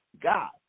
God